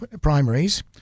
primaries